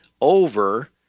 over